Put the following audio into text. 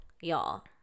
y'all